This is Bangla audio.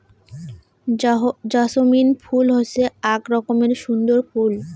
জাছমিন ফুল হসে আক রকমের সুন্দর ফুল